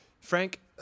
Frank